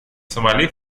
сомали